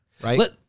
right